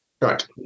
right